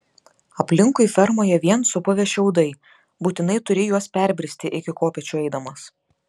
aplinkui fermoje vien supuvę šiaudai būtinai turi juos perbristi iki kopėčių eidamas